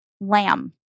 lamb